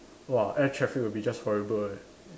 !wah! air traffic will be just horrible leh